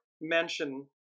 mention